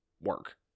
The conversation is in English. work